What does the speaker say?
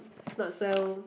not so